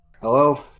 Hello